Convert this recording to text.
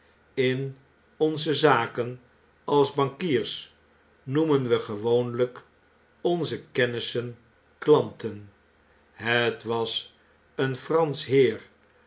in onze zaken als bankiers noemen we gewoonlyk onze kennissen klanten het was een fransch heer